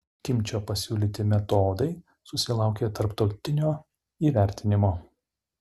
kimčio pasiūlyti metodai susilaukė tarptautinio įvertinimo